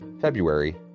February